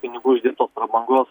pinigų uždirbtos prabangos